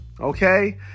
Okay